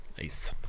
nice